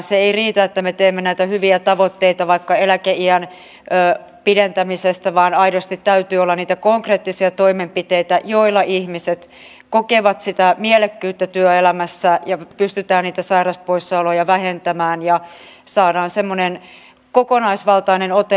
se ei riitä että me teemme näitä hyviä tavoitteita vaikka eläkeiän pidentämisestä vaan aidosti täytyy olla niitä konkreettisia toimenpiteitä joilla ihmiset kokevat sitä mielekkyyttä työelämässä ja pystytään niitä sairaspoissaoloja vähentämään ja saadaan semmoinen kokonaisvaltainen ote asiaan